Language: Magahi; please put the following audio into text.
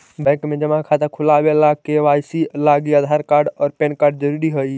बैंक में जमा खाता खुलावे ला के.वाइ.सी लागी आधार कार्ड और पैन कार्ड ज़रूरी हई